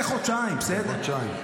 לחודשיים, בסדר?